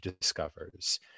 discovers